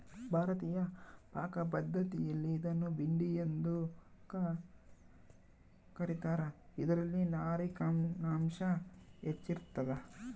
ಭಾರತೀಯ ಪಾಕಪದ್ಧತಿಯಲ್ಲಿ ಇದನ್ನು ಭಿಂಡಿ ಎಂದು ಕ ರೀತಾರ ಇದರಲ್ಲಿ ನಾರಿನಾಂಶ ಹೆಚ್ಚಿರ್ತದ